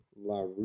La